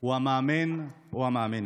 הוא המאמן או המאמנת.